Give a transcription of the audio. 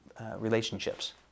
relationships